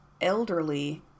elderly